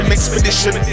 Expedition